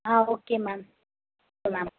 ah okay ma'am okay ma'am